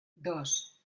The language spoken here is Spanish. dos